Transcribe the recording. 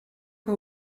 que